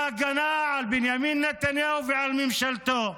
בהגנה על בנימין נתניהו ועל ממשלתו.